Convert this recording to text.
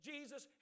Jesus